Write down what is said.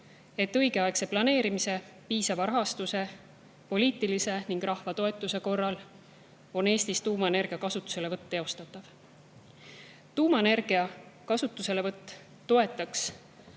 et õigeaegse planeerimise, piisava rahastuse ning poliitilise ja rahva toetuse korral on Eestis tuumaenergia kasutuselevõtt teostatav. Tuumaenergia kasutuselevõtt toetaks